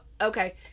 Okay